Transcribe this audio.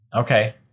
Okay